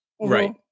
right